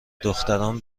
دختران